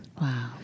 Wow